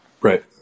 Right